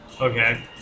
Okay